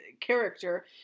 character